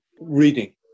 Reading